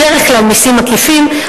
בדרך כלל מסים עקיפים.